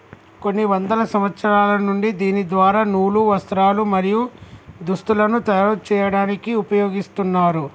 కొన్ని వందల సంవత్సరాల నుండి దీని ద్వార నూలు, వస్త్రాలు, మరియు దుస్తులను తయరు చేయాడానికి ఉపయోగిస్తున్నారు